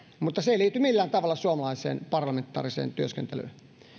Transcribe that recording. mutta se ei liity millään tavalla suomalaiseen parlamentaariseen työskentelyyn